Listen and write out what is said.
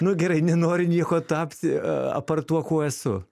nu gerai nenoriu niekuo tapti a apart tuo kuo esu